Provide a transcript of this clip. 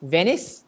Venice